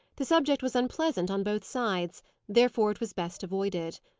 the subject was unpleasant on both sides therefore it was best avoided.